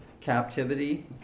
captivity